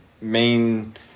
main